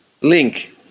link